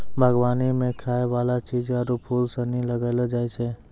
बागवानी मे खाय वाला चीज आरु फूल सनी लगैलो जाय छै